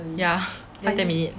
ya five ten minutes